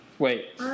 Wait